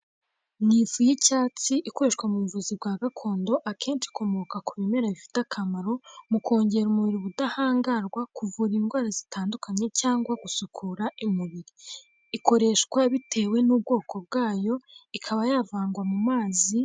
Ni ifu y'icyatsi ikoreshwa mu buvuzi bwa gakondo, akenshi ikomoka ku bimera bifite akamaro mu kongerera umubiri ubudahangarwa, kuvura indwara zitandukanye cyangwa gusukura umubiri. Ikoreshwa bitewe n'ubwoko bwayo ikaba yavangwa mu mazi.